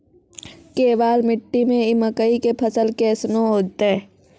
केवाल मिट्टी मे मकई के फ़सल कैसनौ होईतै?